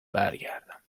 برگردم